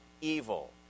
evil